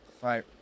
Right